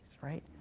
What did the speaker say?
right